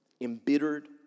embittered